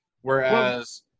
whereas